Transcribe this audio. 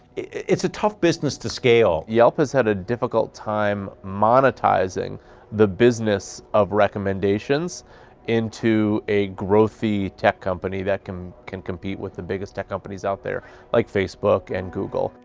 it's a tough business to scale. yelp has had a difficult time monetizing the business of recommendations into a growthie tech company that can can compete with the biggest tech companies out there like facebook and google.